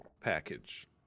package